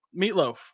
meatloaf